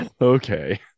Okay